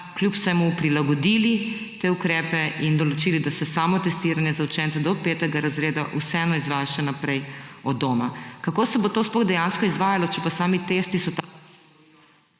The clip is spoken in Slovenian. kljub vsemu prilagodili te ukrepe in določili, da se samotestiranje za učence do 5. razreda še naprej izvaja od doma? Kako se bo to sploh dejansko izvajalo, če pa so sami testi tak…